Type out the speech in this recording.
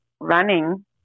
running